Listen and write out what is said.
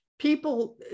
People